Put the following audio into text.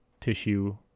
tissue